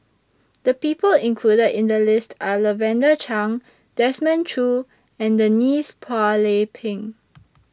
The People included in The list Are Lavender Chang Desmond Choo and Denise Phua Lay Peng